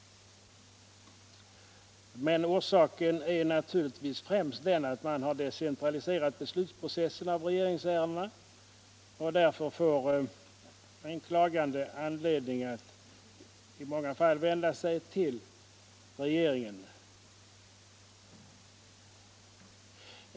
Men orsaken är naturligtvis främst att man har decentraliserat beslutsprocesserna i regeringsärendena. Därför får den klagande i många fall anledning att vända sig till regeringen.